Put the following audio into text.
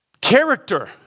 character